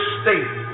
state